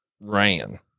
ran